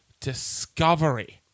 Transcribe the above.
*Discovery*